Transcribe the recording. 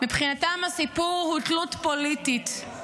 מבחינתם הסיפור הוא תלות פוליטית.